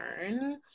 turn